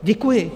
Děkuji.